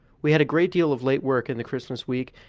we had a great deal of late work in the christmas week,